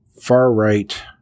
far-right